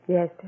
Yes